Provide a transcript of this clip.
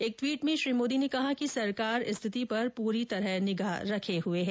एक ट्वीट में श्री मोदी ने कहा कि सरकार स्थिति पर पूरी तरह निगाह रखे हुए है